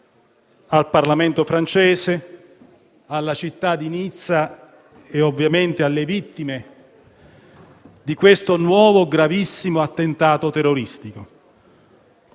al Parlamento francese, alla città di Nizza e, ovviamente, alle vittime di questo nuovo, gravissimo attentato terroristico.